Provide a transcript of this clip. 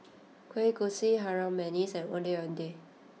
Kueh Kosui Harum Manis and Ondeh Ondeh